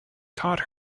caught